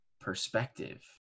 perspective